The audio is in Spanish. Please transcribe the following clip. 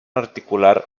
articular